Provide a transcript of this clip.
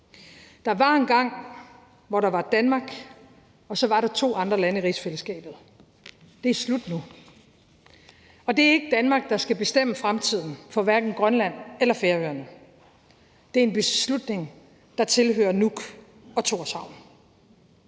Der var engang, hvor der var Danmark, og så var der to andre lande i rigsfællesskabet. Det er slut nu. Og det er ikke Danmark, der skal bestemme fremtiden for hverken Grønland eller Færøerne. Det er en beslutning, der tilhører Nuuk og Tórshavn.